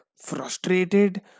frustrated